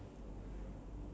two person